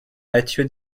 matthieu